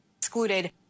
Excluded